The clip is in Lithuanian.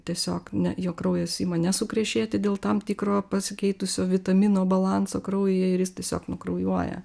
tiesiog ne jo kraujas į mane sukrešėti dėl tam tikro pasikeitusio vitaminų balanso kraujyje ir jis tiesiog nukraujuoja